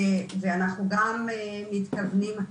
ואנחנו גם מתכוונים,